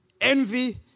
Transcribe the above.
envy